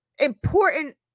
important